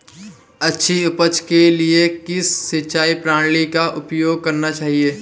अच्छी उपज के लिए किस सिंचाई प्रणाली का उपयोग करना चाहिए?